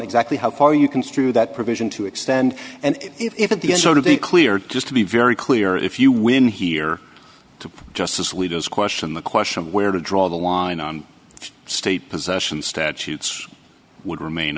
exactly how far you construe that provision to extend and if at the end sort of the clear just to be very clear if you win here to justice leaders question the question of where to draw the line on state possession statutes would remain